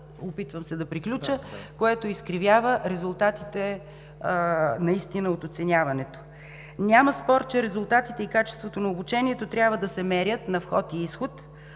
Опитвам се да приключа, което изкривява резултатите от оценяването. Няма спор, че резултатите и качеството на обучението трябва да се мерят на вход и изход.